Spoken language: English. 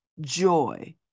joy